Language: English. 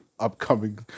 upcoming